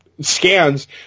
scans